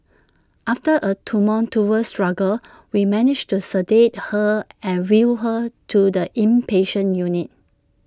after A tumultuous struggle we managed to sedate her and wheel her to the inpatient unit